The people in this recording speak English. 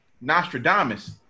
Nostradamus